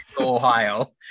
Ohio